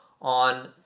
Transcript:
on